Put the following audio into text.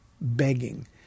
begging